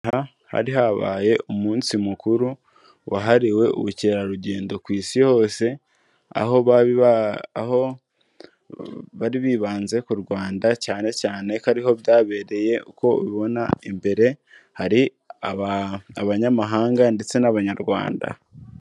Aha hari habaye umunsi mukuru wahariwe ubukerarugendo ku isi hose, aho bari bibanze ku Rwanda cyane cyane ko ari ho byabereye, uko ubibona imbere hari abanyamahanga ndetse n'Abanyarwanda.